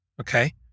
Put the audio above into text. okay